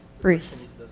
Bruce